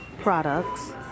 products